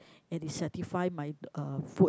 it is satisfy my uh food